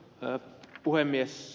arvoisa puhemies